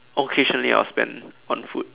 occasionally I would spend on food